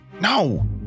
No